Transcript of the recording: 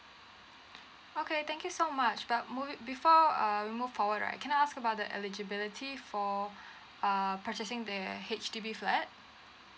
okay thank you so much but mov~ before uh we move forward right can I ask about the eligibility for err purchasing the H_D_B flat